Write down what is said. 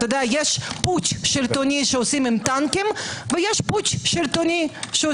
יש פוטש שלטוני שעושים עם טנקים ויש כזה שעושים